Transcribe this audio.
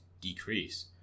decrease